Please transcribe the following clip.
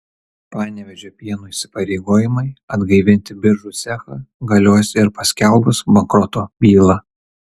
panevėžio pieno įsipareigojimai atgaivinti biržų cechą galios ir paskelbus bankroto bylą